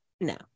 no